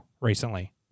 recently